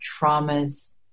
traumas